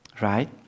Right